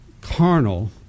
carnal